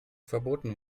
verboten